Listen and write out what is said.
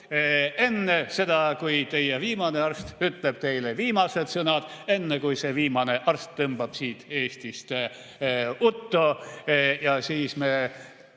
Enne seda, kui teie viimane arst ütleb teile viimased sõnad, enne, kui see viimane arst tõmbab siit Eestist uttu